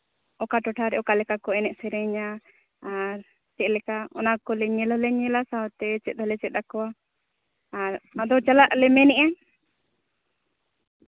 ᱚᱠᱟ ᱴᱚᱴᱷᱟ ᱨᱮ ᱚᱠᱟ ᱞᱮᱠᱟ ᱠᱚ ᱮᱱᱮᱡ ᱥᱮᱨᱮᱧᱟ ᱟᱨ ᱪᱮᱫᱞᱮᱠᱟ ᱚᱱᱟ ᱠᱚᱞᱮ ᱧᱮᱞ ᱦᱚᱸᱞᱮ ᱧᱮᱞᱟ ᱥᱟᱶᱛᱮ ᱪᱮᱫ ᱦᱚᱸᱞᱮ ᱪᱮᱫ ᱟᱠᱚᱣᱟ ᱟᱨ ᱟᱫᱚ ᱪᱟᱞᱟᱜ ᱞᱮ ᱢᱮᱱᱮᱫᱼᱟ